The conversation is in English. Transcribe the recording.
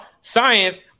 science